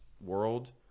world